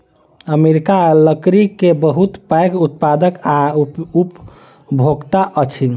America लकड़ी के बहुत पैघ उत्पादक आ उपभोगता अछि